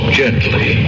gently